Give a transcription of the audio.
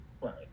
right